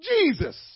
Jesus